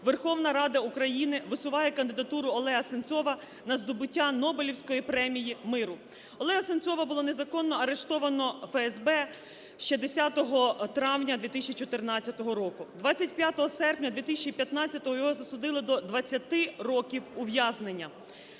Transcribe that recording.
Верховна Рада України висуває кандидатуру Олега Сенцова на здобуття Нобелівської премії миру. Олега Сенцова було незаконно арештовано ФСБ ще 10 травня 2014 року. 25 серпня 2015-го його засудили до 20 років ув'язнення.